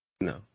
No